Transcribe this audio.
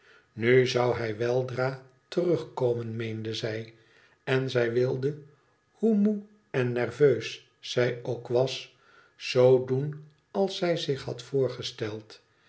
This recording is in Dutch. nu zou hij weldra terug komen meende zij en zij wilde hoe moe en nerveus zij ook was zoo doen als zij zich had voorgesteld